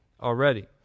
already